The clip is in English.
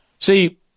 See